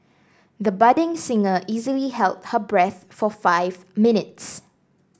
the budding singer easily held her breath for five minutes